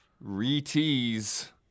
re-tease